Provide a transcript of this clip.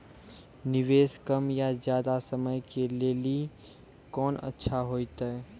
निवेश कम या ज्यादा समय के लेली कोंन अच्छा होइतै?